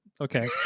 okay